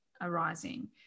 arising